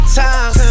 times